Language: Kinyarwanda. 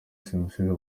simusiga